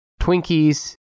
Twinkies